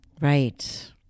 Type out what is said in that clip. Right